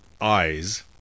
eyes